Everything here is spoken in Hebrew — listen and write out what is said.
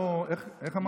איך אמרת?